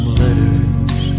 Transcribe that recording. letters